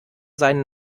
seinen